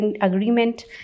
agreement